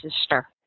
sister